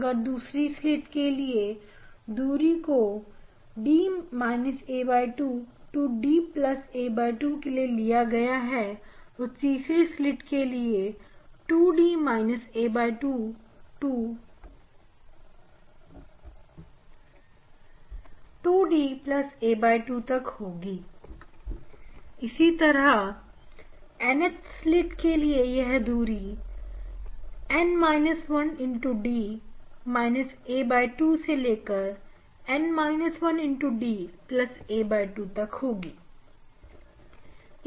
अगर दूसरी स्लिट के लिए दूरी को d a2 to da2 लिया गया है तो तीसरी स्लिट के लिए यह दूरी 2d a2 to 2da2 तक होगी इसी तरह Nth स्लिट के लिए यह दूरी d a2 से लेकर d a2 तक होगी